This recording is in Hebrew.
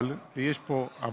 אבל, ויש פה אבל: